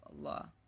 Allah